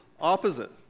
opposite